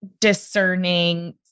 discerning